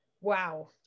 Wow